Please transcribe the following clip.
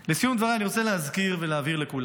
לסיום דבריי, אני רוצה להזכיר ולהעביר לכולם: